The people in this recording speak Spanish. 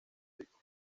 rico